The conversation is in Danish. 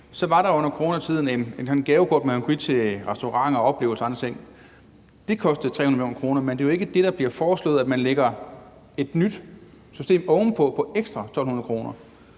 jo kunne give sådan et gavekort til at gå på restaurant, få oplevelser og andre ting. Det kostede 300 mio. kr., men det er jo ikke det, der bliver foreslået, altså at man lægger et nyt system ovenpå på 1.200 kr.